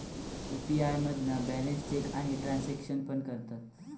UPI मधना balance check आणि transaction पण करतत